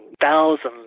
thousands